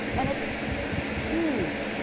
and it's huge.